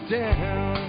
down